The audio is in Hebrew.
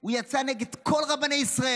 הוא יצא נגד כל רבני ישראל.